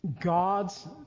God's